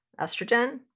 estrogen